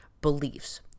beliefs